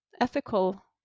ethical